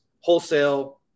wholesale